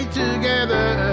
together